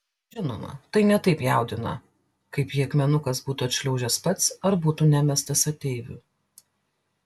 žinoma tai ne taip jaudina kaip jei akmenukas būtų atšliaužęs pats ar būtų nemestas ateivių